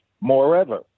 Moreover